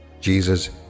Jesus